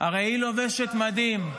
הרי היא לובשת מדים.